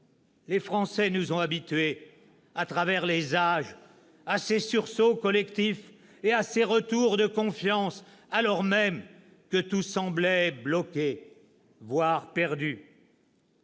les Français nous ont habitués, à travers les âges, à ces sursauts collectifs et à ces retours de confiance, alors même que tout semblait bloqué, voire perdu.